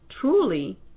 truly